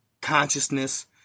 consciousness